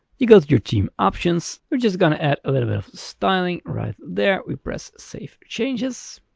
you go to your theme options, we're just going to add a little bit of styling right there, we press save changes,